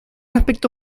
aspecto